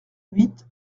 huit